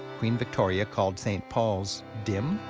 queen victoria called st. paul's dim,